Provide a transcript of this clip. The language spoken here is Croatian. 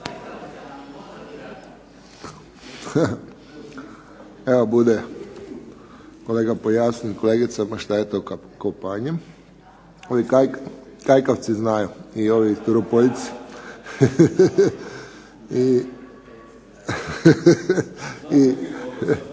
Evo bude kolega pojasnil kolegicama šta je to kopanjem. Kajkavci znaju i ovi Turopoljci. I